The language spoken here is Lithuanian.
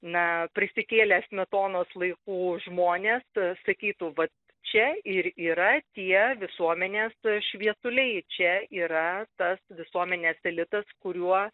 na prisikėlę smetonos laikų žmonės sakytų vat čia ir yra tie visuomenės šviesuliai čia yra tas visuomenės elitas kuriuo